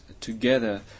together